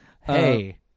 Hey